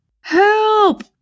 Help